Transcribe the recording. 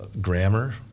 grammar